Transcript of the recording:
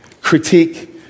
critique